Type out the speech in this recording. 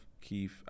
Keith